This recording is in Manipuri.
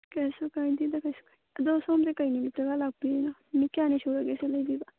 ꯀꯩꯁꯨ ꯀꯥꯏꯗꯦꯗ ꯀꯩꯁꯨ ꯀꯥꯏꯗꯦ ꯑꯗꯣ ꯁꯣꯝꯁꯦ ꯀꯩ ꯅꯨꯃꯤꯠꯇ ꯂꯥꯛꯄꯤꯔꯤꯅꯣ ꯅꯨꯃꯤꯠ ꯀꯌꯥꯅꯤ ꯁꯨꯔꯒꯦ ꯁꯤꯒ ꯂꯩꯕꯤꯕ